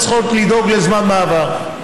הן צריכות לדאוג לזמן מעבר,